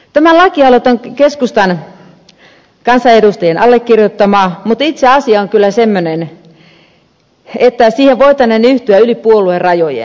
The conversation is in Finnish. tämä lakialoite on keskustan kansanedustajien allekirjoittama mutta itse asia on kyllä semmoinen että siihen voitaneen yhtyä yli puoluerajojen